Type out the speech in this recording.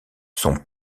son